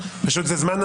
אתה יכול לתת לו?